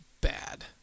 bad